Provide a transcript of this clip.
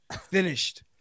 finished